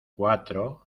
cuatro